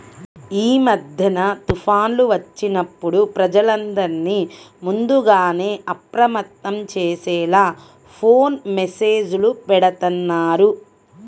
యీ మద్దెన తుఫాన్లు వచ్చినప్పుడు ప్రజలందర్నీ ముందుగానే అప్రమత్తం చేసేలా ఫోను మెస్సేజులు బెడతన్నారు